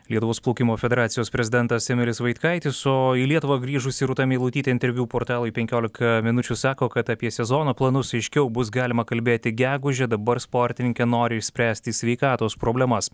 lietuvos plaukimo federacijos prezidentas emilis vaitkaitis o į lietuvą grįžusi rūta meilutytė interviu portalui penkiolika minučių sako kad apie sezono planus aiškiau bus galima kalbėti gegužę dabar sportininkė nori išspręsti sveikatos problemas